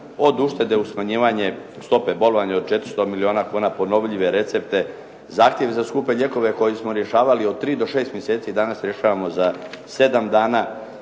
od uštede od smanjivanja stope bolovanja, od 400 milijuna kuna, ponovljive recepte, zahtjev za skupe lijekove koji smo rješavali od 3 do 6 mjeseci danas rješavamo za 7 dana,